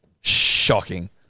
Shocking